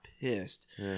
pissed